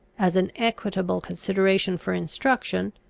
as an equitable consideration for instruction,